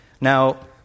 Now